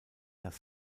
das